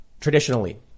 traditionally